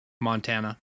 Montana